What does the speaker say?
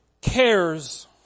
cares